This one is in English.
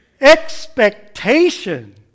expectation